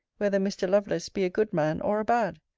whether mr. lovelace be a good man, or a bad?